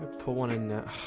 pull one in now,